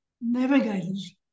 navigators